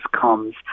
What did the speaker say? comes